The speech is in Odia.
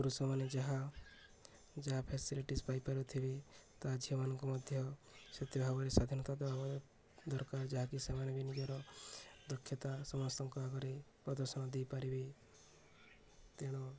ପୁରୁଷମାନେ ଯାହା ଯାହା ଫାସିଲିଟିଜ୍ ପାଇପାରୁଥିବେ ତା ଝିଅମାନଙ୍କୁ ମଧ୍ୟ ସେଥି ଭାବରେ ସ୍ୱାଧୀନତା ଦରକାର ଯାହାକି ସେମାନେ ବି ନିଜର ଦକ୍ଷତା ସମସ୍ତଙ୍କ ଆଗରେ ପ୍ରଦର୍ଶନ ଦେଇପାରିବେ ତେଣୁ